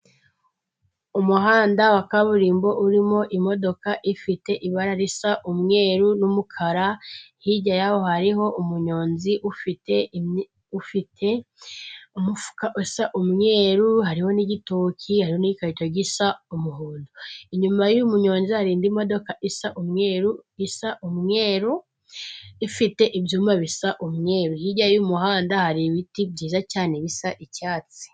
Umuhanda wa kaburimbo urimo imodoka ifite ibara risa umweru n'umukara ,hirya yaho hariho umunyonzi ufite umufuka usa umweru, hari n'igito hariho n'igikarito gisa umuhondo. Inyuma y'umunyonzi, hari n'indi modoka isa umweru ifite ibyuyuma bisa umweru hirya y'umuhanda hari ibiti byiza cyane bisa icyatsi.